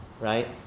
right